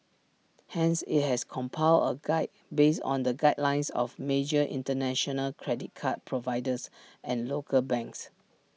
hence IT has compiled A guide based on the guidelines of major International credit card providers and local banks